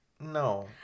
no